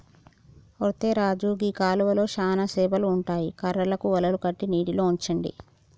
ఒరై రాజు గీ కాలువలో చానా సేపలు ఉంటాయి కర్రలకు వలలు కట్టి నీటిలో ఉంచండి